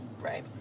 Right